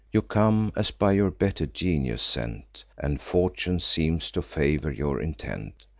you come, as by your better genius sent, and fortune seems to favor your intent.